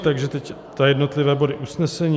Takže teď jednotlivé body usnesení.